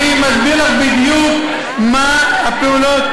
אני מסביר לך בדיוק מה הפעולות,